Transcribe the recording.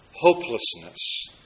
hopelessness